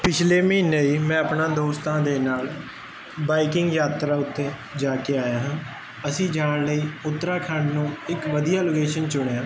ਪਿਛਲੇ ਮਹੀਨੇ ਹੀ ਮੈਂ ਆਪਣਾ ਦੋਸਤਾਂ ਦੇ ਨਾਲ ਬਾਈਕਿੰਗ ਯਾਤਰਾ ਉੱਤੇ ਜਾ ਕੇ ਆਇਆ ਹਾਂ ਅਸੀਂ ਜਾਣ ਲਈ ਉੱਤਰਾਖੰਡ ਨੂੰ ਇੱਕ ਵਧੀਆ ਲੋਕੇਸ਼ਨ ਚੁਣਿਆ